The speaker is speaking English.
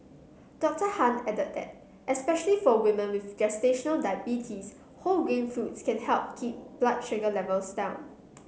Dr Han added that especially for women with gestational diabetes whole grain foods can help keep blood sugar levels down